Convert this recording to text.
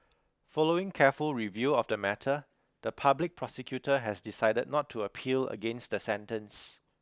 following careful review of the matter the public prosecutor has decided not to appeal against the sentence